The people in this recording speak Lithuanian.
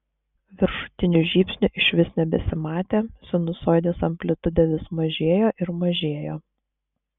viršutinių žybsnių išvis nebesimatė sinusoidės amplitudė vis mažėjo ir mažėjo